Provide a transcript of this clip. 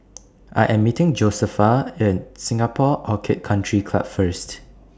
I Am meeting Josefa At Singapore Orchid Country Club First